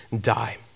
die